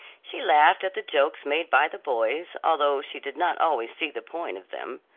she laughed at the jokes made by the boys, although she did not always see the point of them.